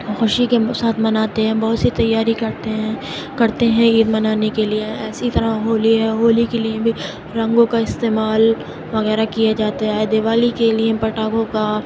خوشی کے ساتھ مناتے ہیں بہت سے تیاری کرتے ہیں کرتے ہیں عید منانے کے لیے یا اسی طرح ہولی ہے ہولی کے لیے بھی رنگوں کا استعمال وغیرہ کیے جاتے ہیں اور دیوالی کے لیے پٹاخوں کا